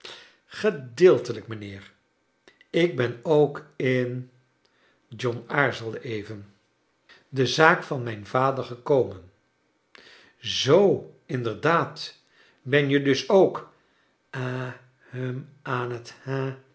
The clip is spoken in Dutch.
gedeeltelijk mijnheer ik ban ook in j ohn aarzelde even de zaak van mijn vader gekomen zoo inderdaad ben je dus ook ha hm aan het